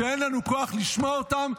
שאין לנו כוח לשמוע אותם,